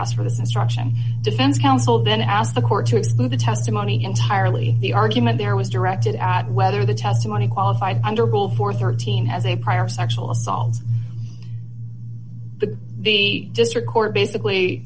asked for this instruction defense counsel then asked the court to exclude the testimony entirely the argument there was directed at whether the testimony qualified under will for thirteen has a prior sexual assault the the district court basically